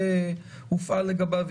ברוכה הבאה,